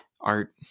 art